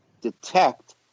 detect